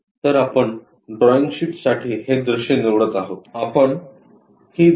तर आपण drawing sheet साठी हे दृश्य निवडत आहोत